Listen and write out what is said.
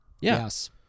Yes